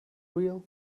wheel